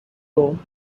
tone